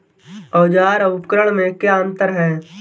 औज़ार और उपकरण में क्या अंतर है?